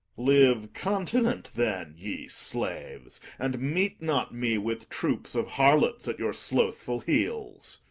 live continent, then, ye slaves, and meet not me with troops of harlots at your slothful heels.